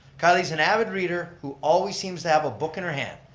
kylie's an avid reader who always seems to have a book in her hand.